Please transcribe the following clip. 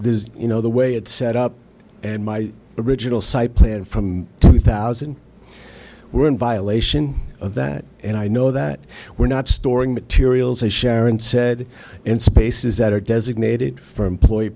is you know the way it's set up and my original site plan from two thousand we're in violation of that and i know that we're not storing materials as sharon said in spaces that are designated for employee